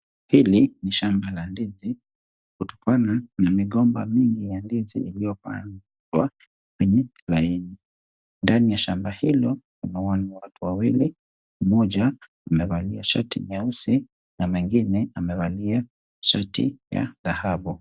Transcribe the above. Hili ni shamba la ndizi kutokana na migomba mingi ya ndizi iliyopandwa, kwenye laini, ndani ya shamba hilo kuna watu wawili, mmoja amevalia shati nyeusi na mwingine amevalia shati la dhahabu.